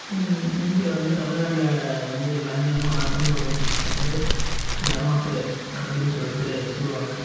இங்கே வந்து தமிழ்நாட்டில் வந்து பயங்கரமாக ஆட்டம் போட வைக்கிறது வந்து ஜமாப்பு அப்படின்னு சொல்லிட்டு சொல்லுவாங்க